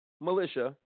militia